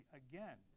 again